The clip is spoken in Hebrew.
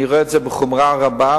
אני רואה את זה בחומרה רבה,